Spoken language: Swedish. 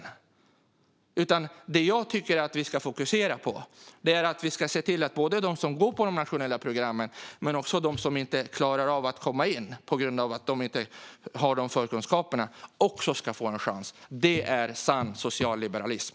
Det som jag tycker att vi ska fokusera på är att se till att både de som går på de nationella programmen och de som inte klarar av att komma in på grund av att de inte har tillräckliga förkunskaper också ska få en chans. Det är sann socialliberalism.